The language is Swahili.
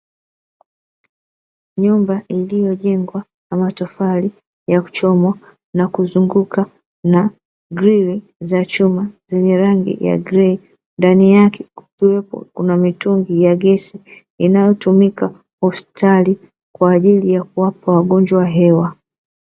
Nyumba iliyojengwa kwa matofali ya kuchoma na kuzungukwa na grili za chuma zenye rangi ya grei, ndani yake kukiwa na mitungi ya gesi inayotumika hospitali kwa ajili ya kuwapa wagonjwa hewa.